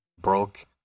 broke